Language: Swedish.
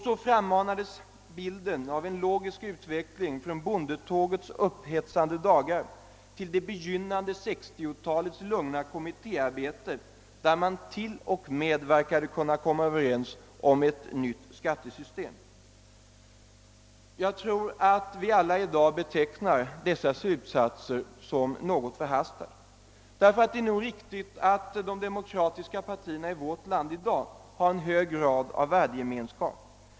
Så frammanades bilden av en logisk utveckling från bondetågets upphetsande dagar till det begynnande 1960-talets lugna kommittéarbete, då man t.o.m. verkade kunna komma överens om ett nytt skattesystem. Jag tror att vi alla i dag betecknar dessa slutsatser som något förhastade, men det är nog riktigt att de demokratiska partierna i vårt land nu har en hög grad av värdegemenskap.